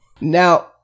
Now